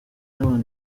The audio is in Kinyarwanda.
n’abantu